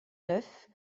neuf